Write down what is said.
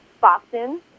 Boston